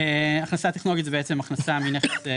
הכנסה טכנולוגית זה בעצם הכנסה מנכס,